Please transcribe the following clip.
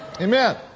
Amen